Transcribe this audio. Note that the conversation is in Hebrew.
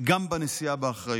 גם בנשיאה באחריות.